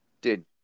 Dude